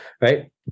right